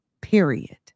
period